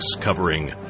covering